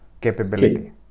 capability